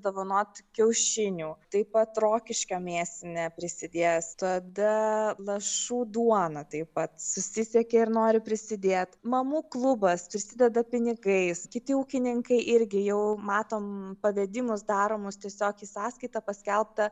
dovanoti kiaušinių taip pat rokiškio mėsinė prisidės tada lašų duona taip pat susisiekė ir nori prisidėt mamų klubas prisideda pinigais kiti ūkininkai irgi jau matom pavedimus daromus tiesiog į sąskaitą paskelbtą